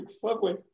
subway